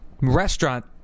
Restaurant